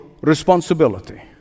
responsibility